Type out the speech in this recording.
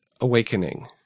awakening